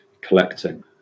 collecting